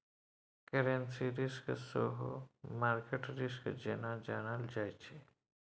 currency risk सेहो market risk जेना जानल जाइ छै